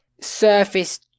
surface